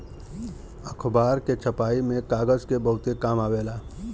अखबार के छपाई में कागज के बहुते काम आवेला